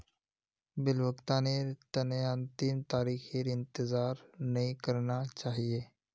bill भुगतानेर तने अंतिम तारीखेर इंतजार नइ करना चाहिए